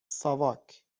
ساواک